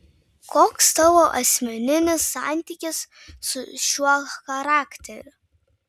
koks tavo asmeninis santykis su šiuo charakteriu